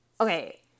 Okay